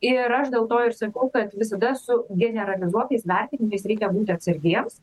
ir aš dėl to ir sakau kad visada su generalizuotais vertinimais reikia būti atsargiems